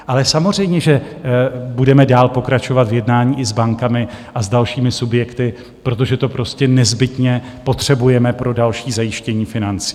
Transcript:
Ale samozřejmě že budeme dál pokračovat v jednání i s bankami a s dalšími subjekty, protože to prostě nezbytně potřebujeme pro další zajištění financí.